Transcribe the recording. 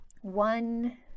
one